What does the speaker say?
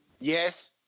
Yes